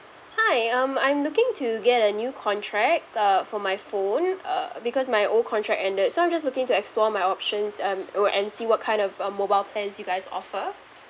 hi um I'm looking to get a new contract uh for my phone uh because my old contract ended so I'm just looking to explore my options um will and see what kind of uh mobile plans you guys offer